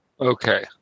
Okay